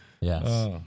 Yes